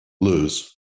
lose